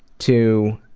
to.